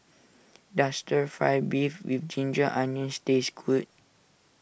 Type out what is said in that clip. does Stir Fry Beef with Ginger Onions taste good